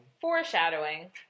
Foreshadowing